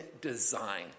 design